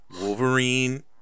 Wolverine